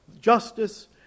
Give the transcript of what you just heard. justice